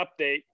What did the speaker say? update